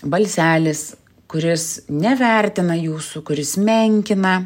balselis kuris nevertina jūsų kuris menkina